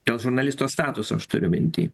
dėl žurnalisto statuso aš turiu minty